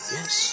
Yes